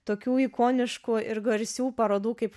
tokių ikoniškų ir garsių parodų kaip